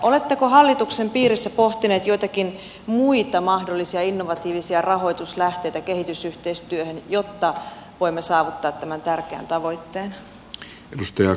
oletteko hallituksen piirissä pohtineet joitakin muita mahdollisia innovatiivisia rahoituslähteitä kehitysyhteistyöhön jotta voimme saavuttaa tämän tärkeän tavoitteen